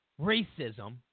racism